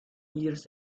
years